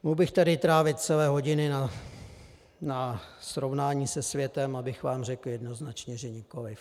Mohl bych tady trávit celé hodiny na srovnání se světem, abych vám řekl jednoznačně, že nikoliv.